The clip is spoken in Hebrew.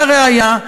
והא ראיה,